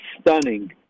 stunning